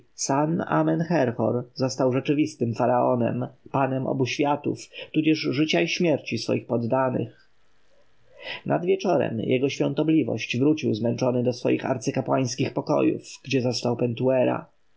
san-amen-herhor został rzeczywistym faraonem panem obu światów tudzież życia i śmierci swoich poddanych nad wieczorem jego świątobliwość wrócił zmęczony do swych arcykapłańskich pokojów gdzie zastał pentuera